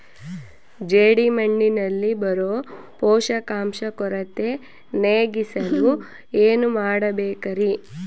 ಜೇಡಿಮಣ್ಣಿನಲ್ಲಿ ಬರೋ ಪೋಷಕಾಂಶ ಕೊರತೆ ನೇಗಿಸಲು ಏನು ಮಾಡಬೇಕರಿ?